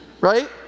Right